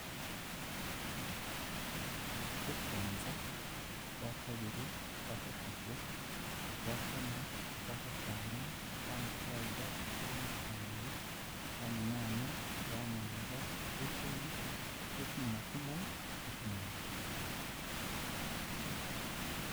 Okwokubanza, Okwakabiri, Okwakashatu, Okwakana, Okwakataano, Okwamukaaga, Okwamushanju, Okwamunaana, Okwamwenda, Okwikumi, Okwikuminakumwe, Okwikuminaabiri.